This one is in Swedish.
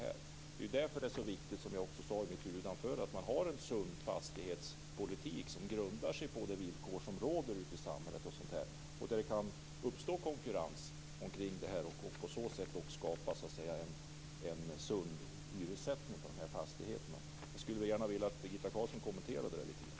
Det är därför som det är så viktigt, som jag sade i mitt huvudanförande, att ha en sund fastighetspolitik som grundar sig på de villkor som gäller ute i samhället, där det kan uppstå konkurrens och på så sätt skapas en sund hyressättning för dessa fastigheter. Jag skulle gärna vilja att Birgitta Carlsson kommenterade det lite grann.